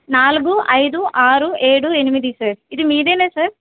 నాలుగు ఐదు ఆరు ఏడు ఎనిమిది సార్ ఇది మీదేనా సార్